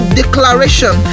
declaration